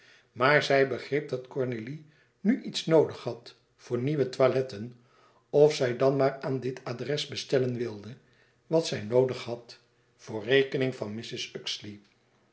maar zij begreep dat cornélie nu iets noodig had voor nieuwe toiletten of zij dan maar aan dit adres bestellen wilde wat zij noodig had voor rekening van mrs